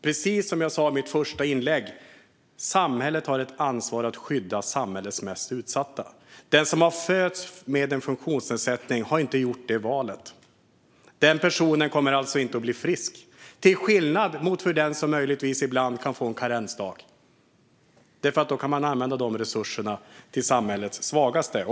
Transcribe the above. Precis som jag sa i mitt första inlägg har samhället ett ansvar att skydda samhällets mest utsatta. Den som har fötts med en funktionsnedsättning har inte gjort det valet och kommer inte att bli frisk, till skillnad från den som ibland möjligtvis kan få en karensdag. Då kan man i stället använda de resurserna till samhällets svagaste.